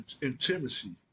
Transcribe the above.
Intimacy